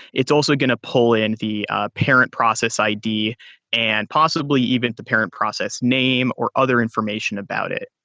it's also going to pull in the parent process id and possibly even the parent process name or other information about it.